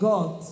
God